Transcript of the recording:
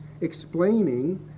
explaining